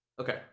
Okay